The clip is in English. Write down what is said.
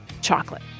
chocolate